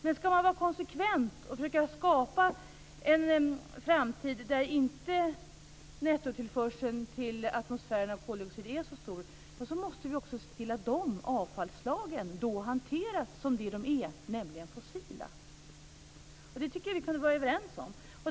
Men skall man vara konsekvent och försöka skapa en framtid där inte nettotillförseln av koldioxid till atmosfären är så stor måste vi också se till att de avfallsslagen hanteras som vad de är, nämligen som fossila. Det tycker jag att vi kunde vara överens om.